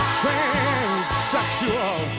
transsexual